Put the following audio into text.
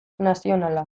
nazionala